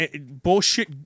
bullshit